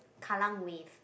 Kallang Wave